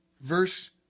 verse